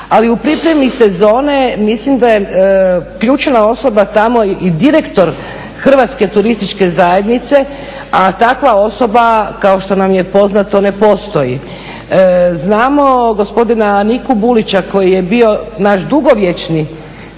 Ali u pripremi sezone mislim da je ključna osoba tamo i direktor Hrvatske turističke zajednice a takva osoba kao što nam je poznato ne postoji. Znamo gospodina Niku Bulića koji je bio naš dugovječni